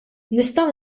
nistgħu